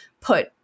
put